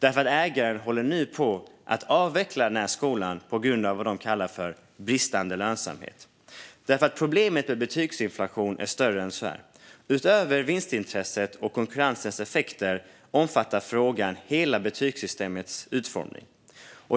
Ägaren håller nu på att avveckla skolan på grund av vad man kallar för bristande lönsamhet. Problemet med betygsinflation är större än så här. Utöver vinstintresset och konkurrensens effekter omfattar frågan hela betygssystemets utformning.